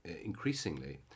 increasingly